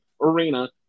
arena